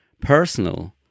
personal